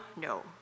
no